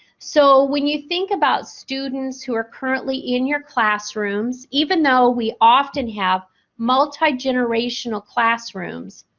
so, when you think about students who are currently in your classrooms even though we often have multi-generational classrooms,